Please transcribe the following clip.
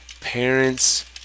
parents